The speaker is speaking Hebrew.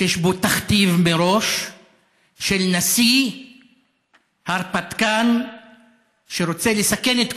שיש בו תכתיב מראש של נשיא הרפתקן שרוצה לסכן את כולנו,